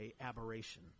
aberration